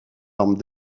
armes